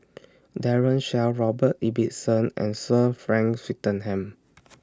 Daren Shiau Robert Ibbetson and Sir Frank Swettenham